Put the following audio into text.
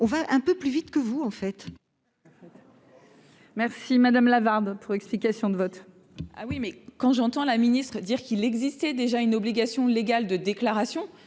on va un peu plus vite que vous en faites. Merci madame Lavarde, explications de vote. Ah oui, mais quand j'entends la Ministre dire qu'il existait déjà une obligation légale de déclaration,